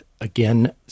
again